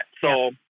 So-